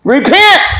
Repent